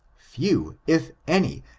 few, if any,